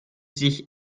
sich